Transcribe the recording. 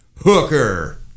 hooker